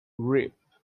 reap